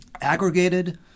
aggregated